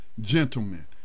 gentlemen